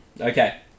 Okay